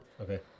Okay